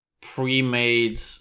pre-made